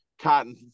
Cotton